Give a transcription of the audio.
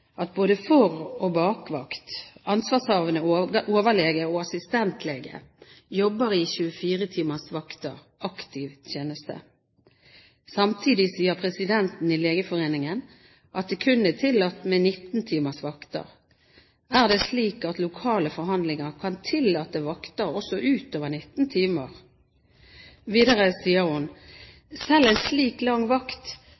at både for- og bakvakt; ansvarshavende overlege og assistentlege jobber i 24 timers vakter – aktiv tjeneste. Samtidig sier Presidenten i legeforeningen at det kun er tillatt med 19 timers vakter. Er det slik at lokale forhandlinger kan tillate vakter også utover 19 timer?» Videre